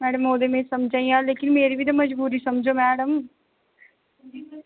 madam ओह् ते में समझा नीं आं मेरी बी ते मजबूरी समझो मैडम